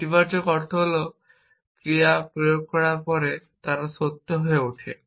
ইতিবাচক অর্থ হল ক্রিয়া প্রয়োগ করার পরে তারা সত্য হয়ে ওঠে